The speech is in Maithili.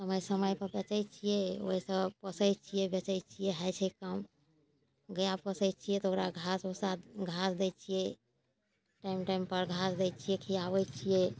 समय समय पर बेचै छियै ओहिसऽ पोसै छियै बेचै छियै होय छै काम गैआ पोसै छियै तऽ ओकरा घास उसास घास दै छियै टाइम टाइम पर घास दै छियै खियाबै छियै